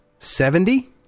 Seventy